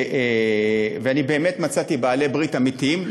ואני באמת מצאתי בעלי-ברית אמיתיים,